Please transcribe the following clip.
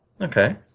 Okay